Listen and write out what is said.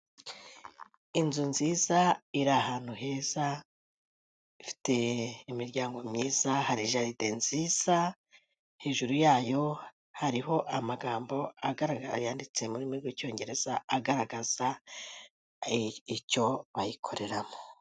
Inzu nziza iri ahantu heza ifite imiryango myiza hari jaride nziza, hejuru yayo hariho amagambo agaragara yanditse murimi rw'icyongereza agaragaza icyo bayikoreramo.